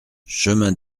chemin